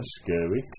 scary